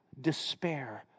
despair